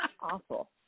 awful